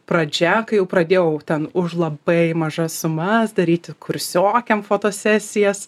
pradžia kai jau pradėjau ten už labai mažas sumas daryti kursiokėm fotosesijas